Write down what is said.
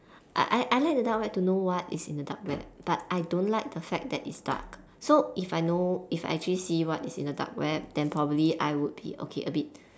I I I like the dark web to know what is in the dark web but I don't like the fact that is dark so if I know if I actually see what is in the dark web then probably I would be okay a bit